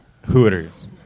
Hooters